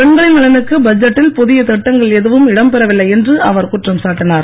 பெண்களின் நலனுக்கு பட்ஜெட்டில் புதிய திட்டங்கள் எதுவும் இடம் பெறவில்லை என்று அவர் குற்றம் சாட்டினார்